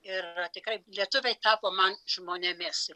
ir tikrai lietuviai tapo man žmonėmis